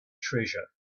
treasure